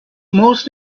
most